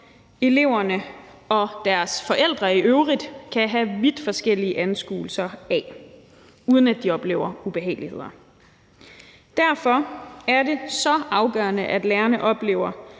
eleverne og deres forældre i øvrigt kan have vidt forskellige anskuelser af, uden at de oplever ubehageligheder. Derfor er det så afgørende, at lærerne oplever